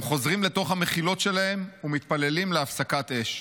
הם חוזרים לתוך המחילות שלהם ומתפללים להפסקת אש.